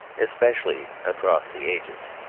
especially across the ages.